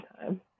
time